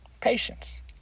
Patience